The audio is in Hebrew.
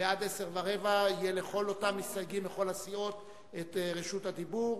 ועד 22:15 יהיה לכל אותם מסתייגים מכל הסיעות את רשות הדיבור.